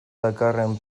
dakarren